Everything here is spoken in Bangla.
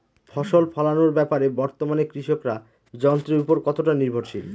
ফসল ফলানোর ব্যাপারে বর্তমানে কৃষকরা যন্ত্রের উপর কতটা নির্ভরশীল?